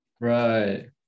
right